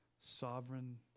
sovereign